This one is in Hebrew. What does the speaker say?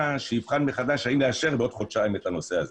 שיבחן מחדש האם לאשר בעוד חודשיים את הנושא הזה,